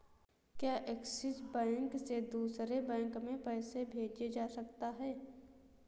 क्या Axis bank से दूसरे बैंक में पैसे भेजे जा सकता हैं?